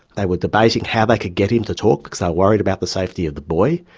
they were debating how they could get him to talk because they worried about the safety of the boy.